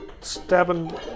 stabbing